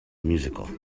musical